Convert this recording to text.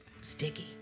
sticky